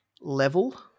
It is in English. level